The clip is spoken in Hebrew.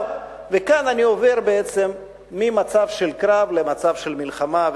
כאן אני עובר בעצם ממצב של קרב למצב של מלחמה,